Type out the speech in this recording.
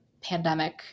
pandemic